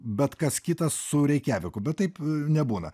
bet kas kitas su reikjaviku bet taip nebūna